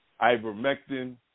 ivermectin